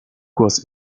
głos